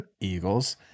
Eagles